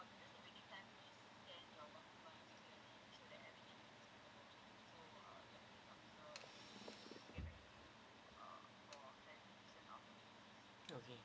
okay